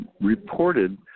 reported